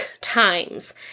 times